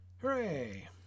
Hooray